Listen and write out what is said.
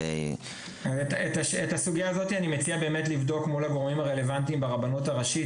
את הסוגיה הזאת אני מציע לבדוק מול הגורמים הרלוונטיים ברבנות הראשית,